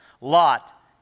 Lot